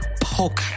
Poke